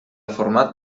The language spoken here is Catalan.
format